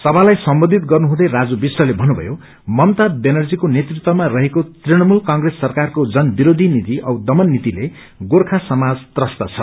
सभालाई सम्बोधित गर्नु हुँदै राजु विष्टले भन्नुभयो ममता ब्यानर्जीको नेतृत्वमा रहेको तृणमूल कंग्रेस सरकारको जनविरोधी नीति औ दमन नीतिले गोर्खा समाज त्रस्त छ